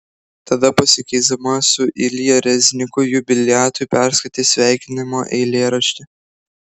tada pasikeisdama su ilja rezniku jubiliatui perskaitė sveikinimo eilėraštį